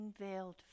unveiled